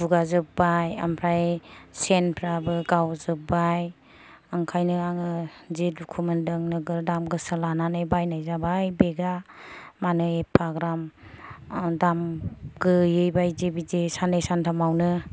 गुगा जोबबाय ओमफ्राय सेनफ्राबो गावजोबबाय ओंखायनो आङो जि दुखु मोनदों नोगोर दाम गोसा लानानै बायनाय जाबाय बेगा मानो एफाग्राब दाम गैयै बायदि बिदि साननै सानथामावनो